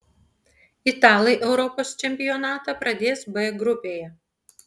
italai europos čempionatą pradės b grupėje